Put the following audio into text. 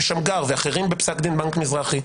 שמגר ואחרים בפסק דין בנק המזרחי,